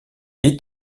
est